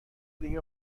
دیگه